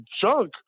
junk